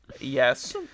Yes